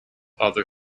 other